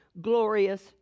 glorious